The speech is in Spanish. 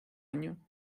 año